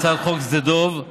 הצעת חוק שדה התעופה דב הוז